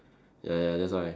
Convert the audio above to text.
ya ya that's why